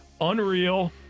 Unreal